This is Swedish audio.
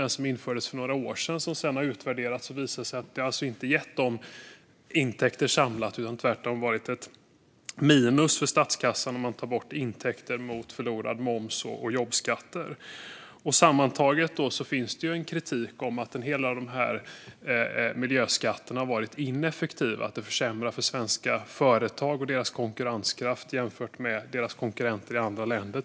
Den infördes för några år sedan, och vid en utvärdering visade det sig att den inte hade gett de förväntade intäkterna utan tvärtom inneburit ett minus för statskassan om man tar intäkter kontra förlorad moms och jobbskatter. Sammantaget finns det en kritik om att en del av dessa miljöskatter har varit ineffektiva och försämrar svenska företags konkurrenskraft jämfört med konkurrenter i andra länder.